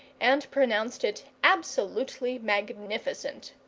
and pronounced it absolutely magnificent.